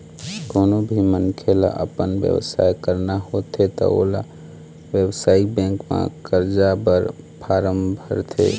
कोनो भी मनखे ल अपन बेवसाय करना होथे त ओला बेवसायिक बेंक म करजा बर फारम भरथे